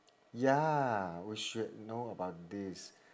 ya we should know about this